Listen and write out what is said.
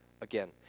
again